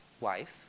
wife